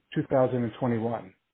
2021